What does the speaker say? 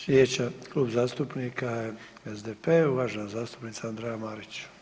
Slijedeći Klub zastupnika je SDP, uvažena zastupnica Andreja Marić.